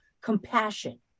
compassion